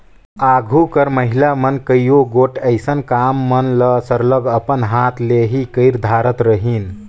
आघु कर महिला मन कइयो गोट अइसन काम मन ल सरलग अपन हाथ ले ही कइर धारत रहिन